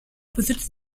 besitzt